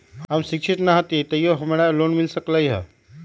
हम शिक्षित न हाति तयो हमरा लोन मिल सकलई ह?